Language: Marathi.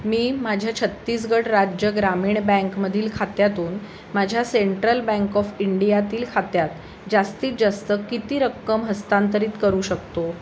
मी माझ्या छत्तीसगड राज्य ग्रामीण बँकमधील खात्यातून माझ्या सेंट्रल बँक ऑफ इंडियातील खात्यात जास्तीत जास्त किती रक्कम हस्तांतरित करू शकतो